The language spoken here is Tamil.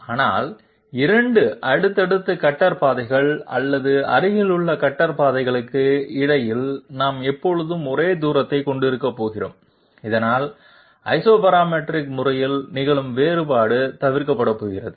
ஆனால் 2 அடுத்தடுத்த கட்டர் பாதைகள் அல்லது அருகிலுள்ள கட்டர் பாதைகளுக்கு இடையில் நாம் எப்போதும் ஒரே தூரத்தைக் கொண்டிருக்கப் போகிறோம் இதனால் ஐசோபராமெட்ரிக் முறையில் நிகழும் வேறுபாடு தவிர்க்கப்படப்போகிறது